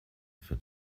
für